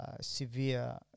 severe